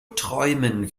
träumen